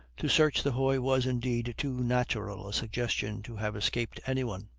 to search the hoy was, indeed, too natural a suggestion to have escaped any one,